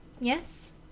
Yes